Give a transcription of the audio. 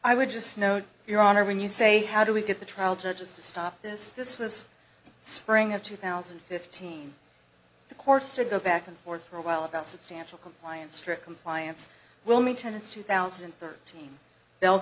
i would just note your honor when you say how do we get the trial judges to stop this this was spring of two thousand and fifteen the courts are go back and forth for a while about substantial compliance for compliance wilmington is two thousand and thirteen they'll